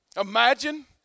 Imagine